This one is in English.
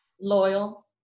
loyal